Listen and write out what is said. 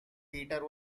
peter